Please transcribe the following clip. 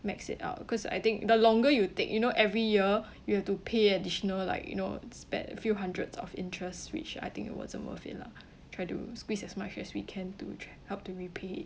max it out because I think the longer you take you know every year you have to pay additional like you know spend a few hundreds of interest which I think it wasn't worth it lah try to squeeze as much as we can to help to repay